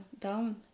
down